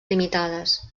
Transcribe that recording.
limitades